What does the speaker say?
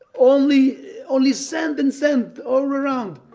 only only sand and sand all around.